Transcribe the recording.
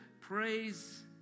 praise